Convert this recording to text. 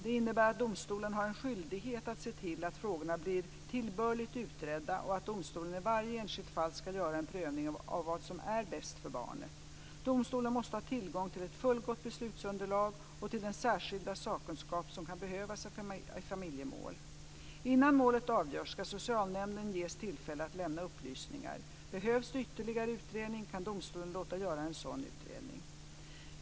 Det innebär att domstolen har en skyldighet att se till att frågorna blir tillbörligt utredda och att domstolen i varje enskilt fall ska göra en prövning av vad som är bäst för barnet. Domstolen måste ha tillgång till ett fullgott beslutsunderlag och till den särskilda sakkunskap som kan behövas i familjemål. Innan målet avgörs ska socialnämnden ges tillfälle att lämna upplysningar. Behövs det ytterligare utredning kan domstolen låta göra en sådan utredning.